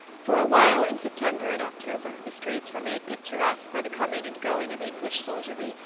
for a while, in september and october, the streets were made picturesque by the coming and going of english soldiery,